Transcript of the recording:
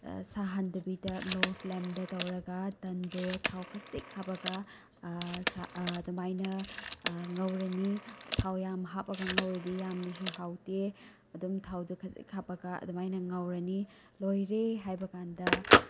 ꯁꯍꯟꯗꯕꯤꯕꯗ ꯂꯣ ꯐ꯭ꯂꯦꯝꯗ ꯇꯧꯔꯒ ꯇꯥꯟꯗꯨ ꯊꯥꯎ ꯈꯖꯤꯛ ꯍꯥꯞꯄꯒ ꯑꯗꯨꯃꯥꯏꯅ ꯉꯧꯔꯅꯤ ꯊꯥꯎ ꯌꯥꯝ ꯍꯥꯞꯄꯒ ꯉꯧꯔꯗꯤ ꯌꯥꯝꯅꯁꯨ ꯍꯥꯎꯇꯦ ꯑꯗꯨꯝ ꯊꯥꯎꯗꯣ ꯈꯖꯤꯛ ꯍꯥꯞꯄꯒ ꯑꯗꯨꯃꯥꯏꯅ ꯉꯧꯔꯅꯤ ꯂꯣꯏꯔꯦ ꯍꯥꯏꯕꯀꯟꯗ